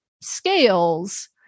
scales